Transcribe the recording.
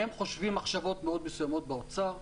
הם חושבים מחשבות מאוד מסוימות באוצר,